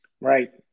Right